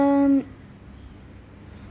um